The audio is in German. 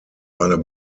eine